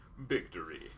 victory